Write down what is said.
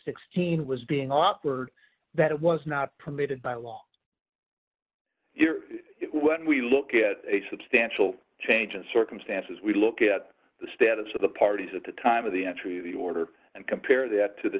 sixteen was being offered that it was not permitted by law when we look at a substantial change in circumstances we look at the status of the parties at the time of the entry of the order and compare that to the